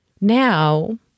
Now